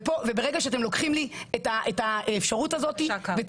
ברגע שאתם לוקחים לי את האפשרות הזו ואת